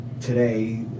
today